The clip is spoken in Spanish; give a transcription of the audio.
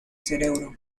cerebro